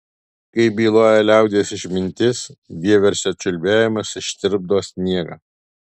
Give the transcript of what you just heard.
kaip byloja liaudies išmintis vieversio čiulbėjimas ištirpdo sniegą